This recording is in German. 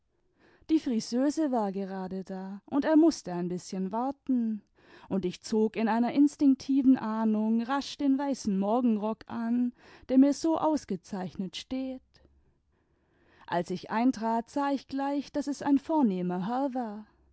die friseuse war gerade da und er mußte ein bißchen warten und ich zog in einer instinktiven ahnung rasch den weißen morgenrock an der mir so ausgezeichnet steht als ich eintrat sah ich gleich daß es ein vornehmer herr war